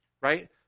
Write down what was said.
right